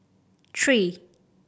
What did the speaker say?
three